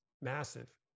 massive